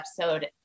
episode